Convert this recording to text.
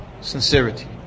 sincerity